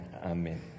amen